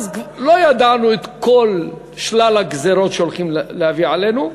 אז לא ידענו את כל שלל הגזירות שהולכים להביא עלינו.